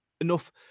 enough